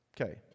Okay